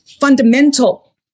fundamental